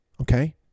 okay